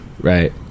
right